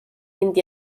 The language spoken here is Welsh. mynd